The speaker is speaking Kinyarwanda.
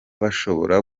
bashobora